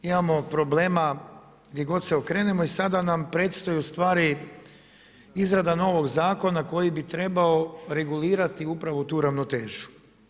Imamo problema gdje god se okrenemo i sada nam predstoji ustvari izrada novog zakona koji bi trebao regulirati upravo tu ravnotežu.